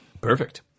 Perfect